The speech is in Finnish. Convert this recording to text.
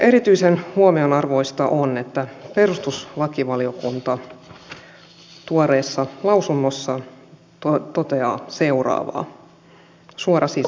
erityisen huomionarvoista on että perustuslakivaliokunta tuoreessa lausunnossaan toteaa seuraavaa